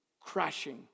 crashing